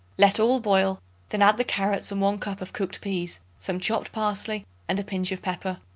let all boil then add the carrots and one cup of cooked peas, some chopped parsley and a pinch of pepper.